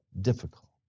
difficult